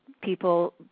people